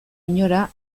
inora